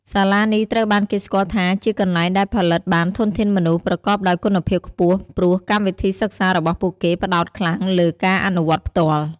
សាលានេះត្រូវបានគេស្គាល់ថាជាកន្លែងដែលផលិតបានធនធានមនុស្សប្រកបដោយគុណភាពខ្ពស់ ព្រោះកម្មវិធីសិក្សារបស់ពួកគេផ្ដោតខ្លាំងលើ ការអនុវត្តផ្ទាល់ ។